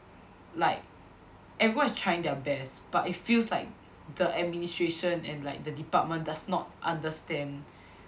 like everyone is trying their best but it feels like the administration and like the department does not understand